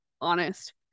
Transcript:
honest